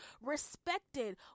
respected